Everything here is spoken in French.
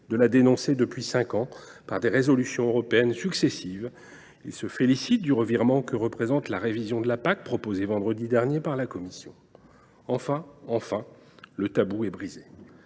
de la dénoncer depuis cinq ans, par des résolutions européennes successives ; il se félicite du revirement que représente la révision de la politique agricole commune (PAC), proposée vendredi dernier par la Commission. Enfin, le tabou est brisé.